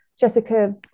Jessica